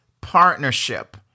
partnership